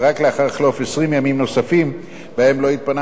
ורק לאחר חלוף 20 ימים נוספים שבהם לא התפנה